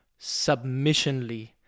submissionly